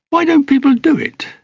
why don't people do it?